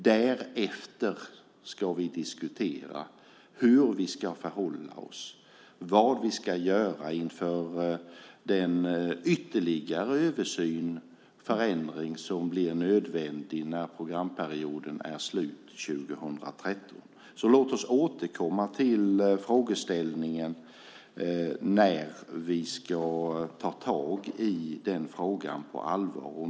Därefter ska vi diskutera hur vi ska förhålla oss och vad vi ska göra inför den ytterligare översyn med förändring som blir nödvändig när programperioden är slut 2013. Låt oss återkomma till frågan när vi ska ta itu med frågan på allvar.